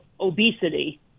obesity